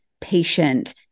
patient